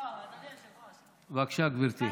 בבקשה, גברתי,